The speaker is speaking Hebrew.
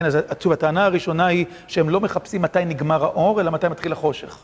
התשובה הטענה הראשונה היא שהם לא מחפשים מתי נגמר האור, אלא מתי מתחיל החושך.